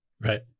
Right